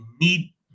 need